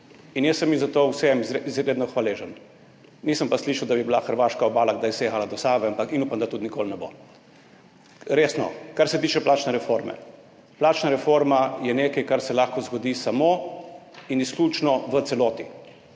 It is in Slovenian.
In jaz sem jim za to vsem izredno hvaležen. Nisem pa slišal, da bi hrvaška obala kdaj segala do Save, ampak upam, da tudi nikoli ne bo. Resno, kar se tiče plačne reforme. Plačna reforma je nekaj, kar se lahko zgodi samo in izključno v celoti.